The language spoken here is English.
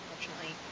unfortunately